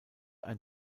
ein